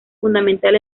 fundamental